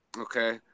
Okay